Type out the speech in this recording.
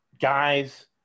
guys